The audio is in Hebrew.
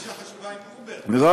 הייתה לו פגישה חשובה עם "אובר" בדבוס.